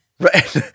Right